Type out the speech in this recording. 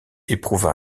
éprouva